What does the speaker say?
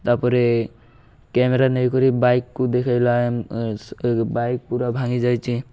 ତା'ପରେ କ୍ୟାମେରା ନେଇ କରି ବାଇକ୍କୁ ଦେଖାଇଲା ବାଇକ୍ ପୁରା ଭାଙ୍ଗି ଯାଇଛି